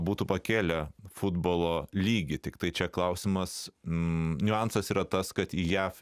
būtų pakėlę futbolo lygį tiktai čia klausimas niuansas yra tas kad į jav